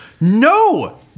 No